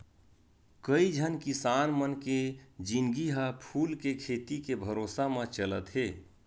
कइझन किसान मन के जिनगी ह फूल के खेती के भरोसा म चलत हे